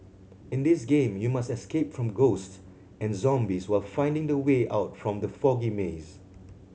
in this game you must escape from ghosts and zombies while finding the way out from the foggy maze